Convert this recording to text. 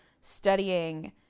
studying